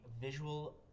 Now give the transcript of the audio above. visual